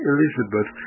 Elizabeth